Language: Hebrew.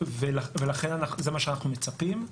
לכן זה מה שאנחנו מצפים.